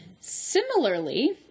Similarly